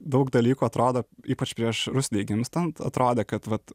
daug dalykų atrodo ypač prieš rusnei gimstant atrodė kad vat